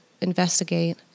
investigate